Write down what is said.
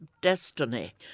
destiny